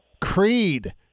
Creed